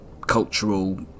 cultural